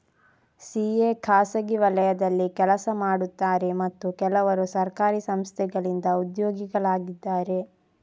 CA ಖಾಸಗಿ ವಲಯದಲ್ಲಿ ಕೆಲಸ ಮಾಡುತ್ತಾರೆ ಮತ್ತು ಕೆಲವರು ಸರ್ಕಾರಿ ಸಂಸ್ಥೆಗಳಿಂದ ಉದ್ಯೋಗಿಗಳಾಗಿದ್ದಾರೆ